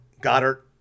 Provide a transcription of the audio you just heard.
Goddard